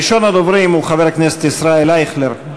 ראשון הדוברים הוא חבר הכנסת ישראל אייכלר,